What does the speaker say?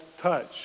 touch